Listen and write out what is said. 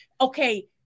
okay